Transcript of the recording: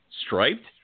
striped